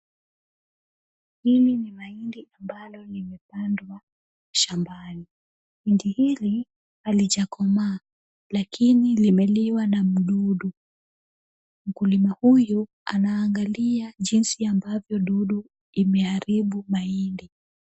Hili ni mahindi ambalo limepandwa shambani. Hindi hili halijakomaa lakini limeliwa na mdudu. Mkulima huyu anaangalia jinsi ambavyo dudu imeharibu mahindi.